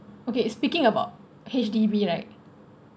okay speaking about H_D_B right